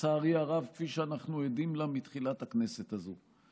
לצערי הרב, כפי שאנחנו עדים לה מתחילת הכנסת הזו.